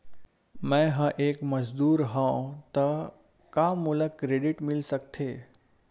मैं ह एक मजदूर हंव त का मोला क्रेडिट मिल सकथे?